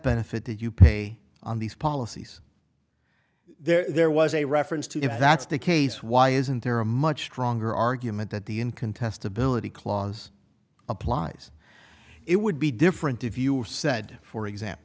benefit that you pay on these policies there was a reference to if that's the case why isn't there a much stronger argument that the in contestability clause applies it would be different if you were said for example